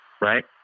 right